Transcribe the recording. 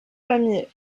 pamiers